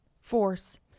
force